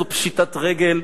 זו פשיטת רגל,